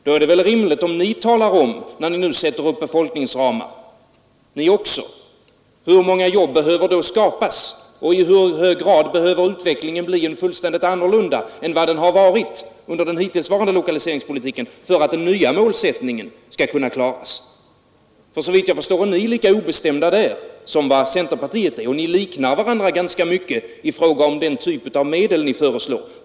Då är det väl rimligt att ni också talar om, när ni nu sätter upp befolkningsramar, hur många jobb som behöver skapas och i hur hög grad utvecklingen behöver bli annorlunda än vad den varit under den hittillsvarande lokaliseringspolitiken för att målsättningen skall kunna klaras. Såvitt jag förstår är ni lika obestämda som vad centerpartiet är. Och ni liknar varandra ganska mycket i fråga om den typ av medel som ni föreslår.